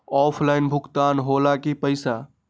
Offline भुगतान हो ला कि पईसा?